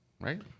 right